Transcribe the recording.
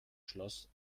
schloss